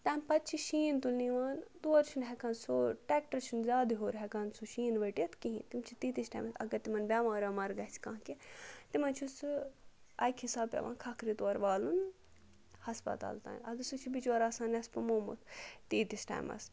تَمہِ پَتہٕ چھِ شیٖن تُلنہِ یِوان تور چھِنہٕ ہٮ۪کان سُہ ٹیکٹَر چھُنہٕ زیادٕ ہیوٚر ہٮ۪کان سُہ شیٖن ؤٹِتھ کِہیٖنۍ تِم چھِ تیٖتِس ٹایمَس اگر تِمَن بٮ۪مار وٮ۪مار گَژھِ کانٛہہ کینٛہہ تِمَن چھُ سُہ اَکہِ حِساب پٮ۪وان کھکرٕ تورٕ والُن ہَسپَتال تام اَدٕ سُہ چھُ بِچور آسان نٮ۪صفہٕ مُمُت تیٖتِس ٹایمَس